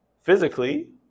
physically